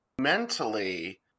Mentally